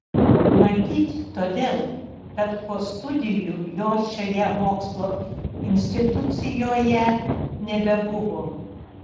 matyt todėl kad po studijų jo šioje mokslo institucijoje nebebuvo